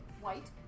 white